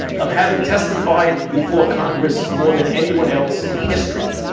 of having testified before congress more than anyone else in history.